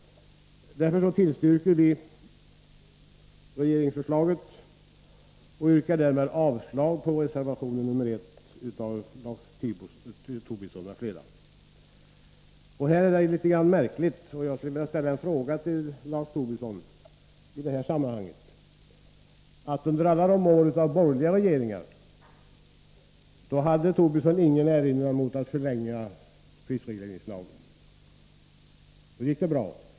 Därför tillstyrker vi regeringsförslaget och yrkar därmed avslag på reservation 1 av Lars Tobisson m.fl. Det här sammanhanget är litet grand märkligt, och jag skulle vilja peka på en sak för Lars Tobisson. Under alla år av borgerliga regeringar hade Lars Tobisson ingen erinran mot att förlänga prisregleringslagen. Då gick det bra.